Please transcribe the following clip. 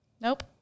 Nope